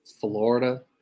Florida